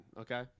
okay